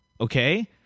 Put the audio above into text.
okay